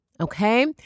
okay